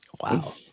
Wow